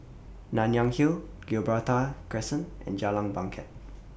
Nanyang Hill Gibraltar Crescent and Jalan Bangket